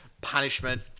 punishment